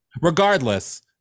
Regardless